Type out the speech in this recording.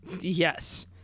Yes